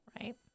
Right